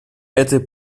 этой